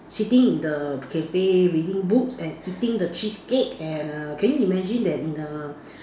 sitting in the cafe reading books and eating the cheesecake and a can you imagine that in a